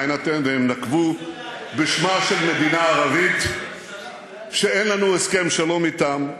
והם נקבו בשמה של מדינה ערבית שאין לנו הסכם שלום אתה.